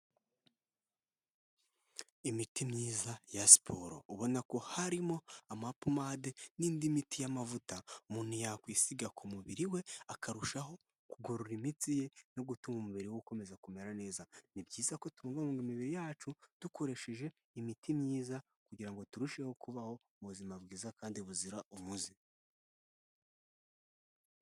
Imiti myiza ya siporo ubona ko harimo amapomade n'indi miti y'amavuta umuntu yakwisiga ku mubiri we akarushaho kugorora imitsi ye no gutuma umubiri we ukomeza kumera neza, ni byiza ko tubungabunga imibiri yacu dukoresheje imiti myiza kugira ngo turusheho kubaho ubuzima bwiza kandi buzira umuze.